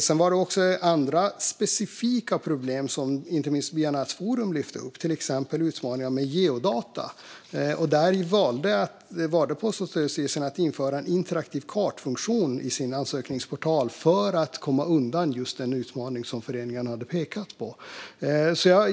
Sedan var det också andra specifika problem som inte minst Byanätsforum lyfte fram, till exempel utmaningar med geodata. Där valde Post och telestyrelsen att införa en interaktiv kartfunktion i sin ansökningsportal för att komma undan just den utmaning som föreningarna hade pekat på.